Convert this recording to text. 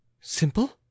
simple